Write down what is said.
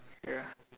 ya